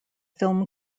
film